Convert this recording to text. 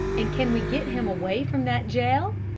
and can we get him away from that jail?